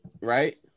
right